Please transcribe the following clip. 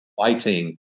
fighting